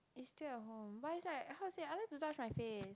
it's still at home but it's like how to say I like to touch my face